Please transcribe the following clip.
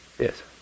Yes